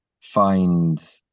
find